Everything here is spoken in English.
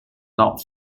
not